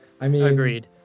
Agreed